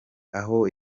aho